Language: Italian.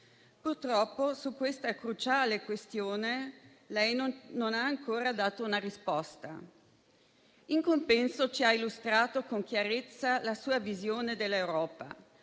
Purtroppo, su questa cruciale questione, lei non ha ancora dato una risposta. In compenso, ci ha illustrato con chiarezza la sua visione dell'Europa.